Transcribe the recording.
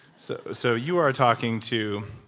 so so you are talking to.